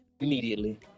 immediately